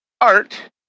art